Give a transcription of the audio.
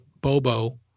Bobo